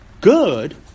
good